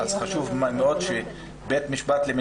חשוב מאוד שזה יהיה בית משפט לענייני